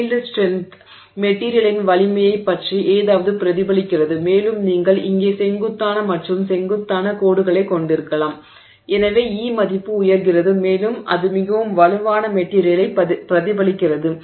yield strength மெட்டிரியலின் வலிமையைப் பற்றி ஏதாவது பிரதிபலிக்கிறது மேலும் நீங்கள் இங்கே செங்குத்தான மற்றும் செங்குத்தான கோடுகளைக் கொண்டிருக்கலாம் எனவே E மதிப்பு உயர்கிறது மேலும் அது மிகவும் வலுவான மெட்டிரியலைப் பிரதிபலிக்கிறது